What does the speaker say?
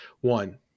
One